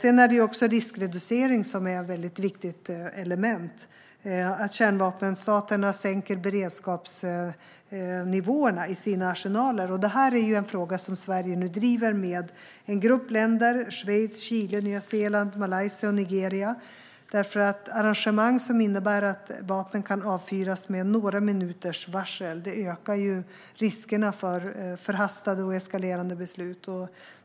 Ett annat väldigt viktigt element är riskreducering - att kärnvapenstaterna sänker beredskapsnivåerna i sina arsenaler. Detta är en fråga som Sverige driver tillsammans med en grupp länder - Schweiz, Chile, Nya Zeeland, Malaysia och Nigeria - eftersom arrangemang som innebär att vapen kan avfyras med några minuters varsel ökar riskerna för förhastade och eskalerande beslut.